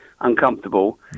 Uncomfortable